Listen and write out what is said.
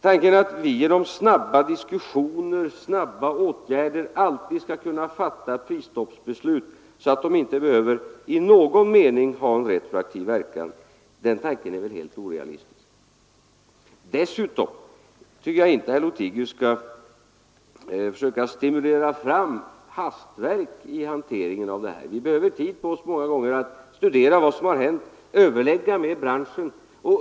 Tanken att vi genom snabba diskussioner och snabbt genomförda åtgärder alltid skall kunna fatta beslut om prisstopp så att de inte behöver i någon mening ha retroaktiv verkan är helt orealistisk. Dessutom tycker jag inte att herr Lothigius skall försöka stimulera fram hastverk i hanteringen av sådana här frågor. Vi behöver många gånger tid på oss för att studera vad som hänt och överlägga med branschen.